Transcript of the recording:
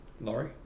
Laurie